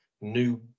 new